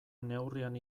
neurrian